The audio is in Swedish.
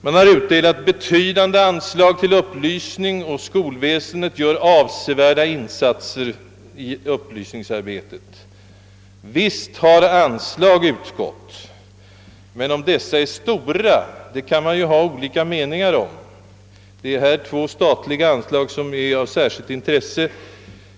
Man har utdelat betydande anslag till upplysning, och skolväsendet gör avsevärda insatser i upplysningsarbetet, säger statsrådet. Ja, visst har anslag utgått, men huruvida dessa är stora kan man ha olika meningar om. Två statliga anslag är härvidlag av särskilt intresse.